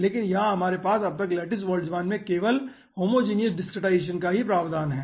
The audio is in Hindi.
लेकिन यहाँ हमारे पास अब तक लैटिस बोल्ट्ज़मन में केवल होमोजिनियस डिसक्रीटाईजेसन का प्रावधान हैं